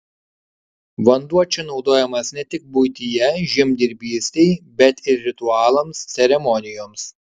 vanduo čia naudojamas ne tik buityje žemdirbystei bet ir ritualams ceremonijoms